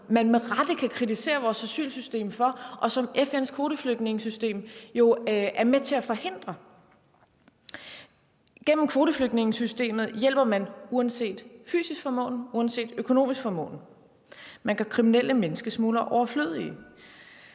man med rette kan kritisere vores asylsystem for ikke at forhindre, men som FN's kvoteflygtningesystem jo er med til at forhindre. Gennem kvoteflygtningesystemet hjælper man uanset fysisk formåen, uanset økonomisk formåen. Man gør kriminelle menneskesmuglere overflødige.